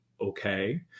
okay